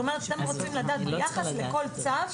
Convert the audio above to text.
אתם רוצים לדעת ביחס לכל צו,